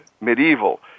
medieval